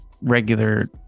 regular